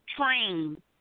train